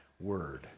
word